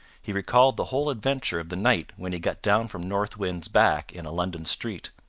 he recalled the whole adventure of the night when he got down from north wind's back in a london street.